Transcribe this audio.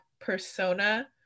persona